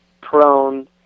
prone